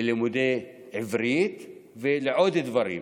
ללימודי עברית ולעוד דברים.